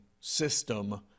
system